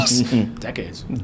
Decades